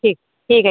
ठीक ठीक है